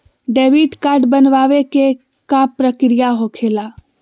Debit card बनवाने के का प्रक्रिया होखेला?